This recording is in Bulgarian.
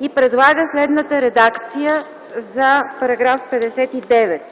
и предлага следната редакция за § 59: „§ 59.